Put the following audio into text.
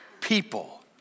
people